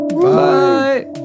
Bye